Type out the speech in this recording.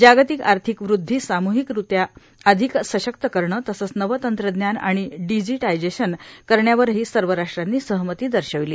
जागतिक आर्थिक वृद्छी सामुहिकरित्या अधिक सशक्त करणं तसंच नवं तंत्रज्ञान आणि डिजिटायझेशन करण्यावरही सर्व राष्ट्रांनी सहमती दर्शवली